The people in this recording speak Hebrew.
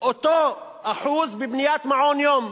אותו אחוז בבניית מעון-יום,